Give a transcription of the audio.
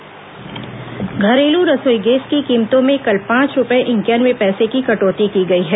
रसोई गैस कीमत घरेलू रसोई गैस की कीमतों में कल पांच रुपये इंक्यानवे पैसे की कटौती की गई है